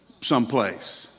someplace